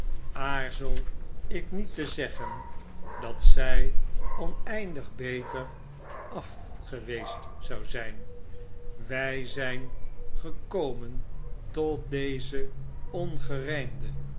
aarzel ik niet te zeggen dat zii oneindig beter af geweest zou zjjii wtj zifn gekomen tot dezen